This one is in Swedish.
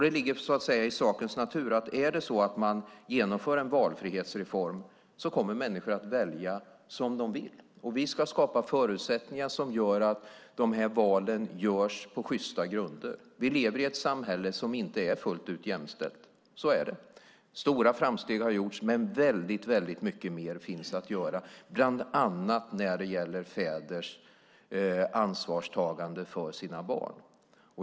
Det ligger så att säga i sakens natur att om man genomför en valfrihetsreform kommer människor att välja som de vill. Vi ska skapa förutsättningar som gör att dessa val görs på sjysta grunder. Vi lever i ett samhälle som inte är fullt ut jämställt. Så är det. Stora framsteg har gjorts, men väldigt mycket mer finns att göra, bland annat när det gäller fäders ansvarstagande för sina barn.